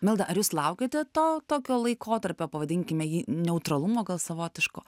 milda ar jūs laukėte to tokio laikotarpio pavadinkime jį neutralumo gal savotiško